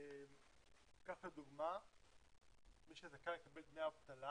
כך לדוגמה מי שזכאי לקבל דמי אבטלה